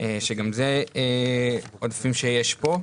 שגם זה עודפים שיש פה.